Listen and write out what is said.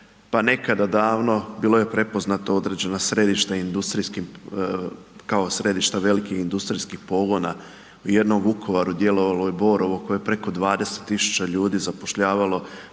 pa nekada davno bilo je prepoznato određena središta industrijskim, kao središta velikih industrijskih pogona, u jednom Vukovaru djelovalo je Borovo koje je preko 20.000 ljudi zapošljavalo,